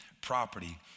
property